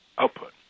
output